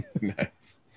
Nice